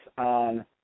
on